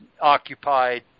occupied